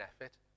effort